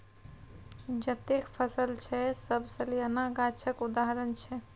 जतेक फसल छै सब सलियाना गाछक उदाहरण छै